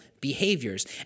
behaviors